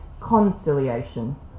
conciliation